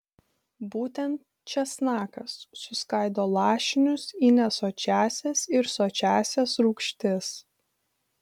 būtent česnakas suskaido lašinius į nesočiąsias ir sočiąsias rūgštis